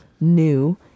new